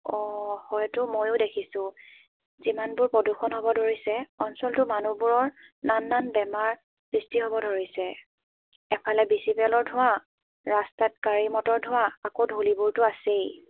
অ' হয়তো ময়ো দেখিছোঁ যিমানতো প্ৰদূষণ হ'ব ধৰিছে অঞ্চলটোৰ মানুহবোৰৰ নানান বেমাৰ সৃষ্টি হ'ব ধৰিছে এফালে বি চি পি এলৰ ধোঁৱা ৰাস্তাত গাড়ী মটৰৰ ধোঁৱা আকৌ ধূলিবোৰতো আছেই